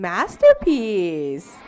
Masterpiece